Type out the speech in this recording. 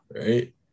right